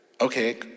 Okay